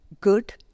good